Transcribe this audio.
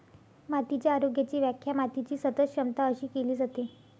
मातीच्या आरोग्याची व्याख्या मातीची सतत क्षमता अशी केली जाते